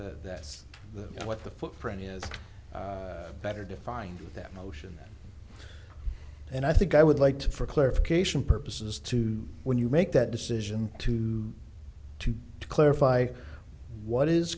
the that's what the footprint is better define that motion and i think i would like to for clarification purposes to when you make that decision to to clarify what is